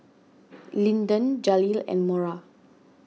Linden Jaleel and Mora